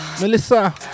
Melissa